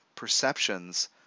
Perceptions